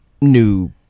New